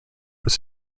was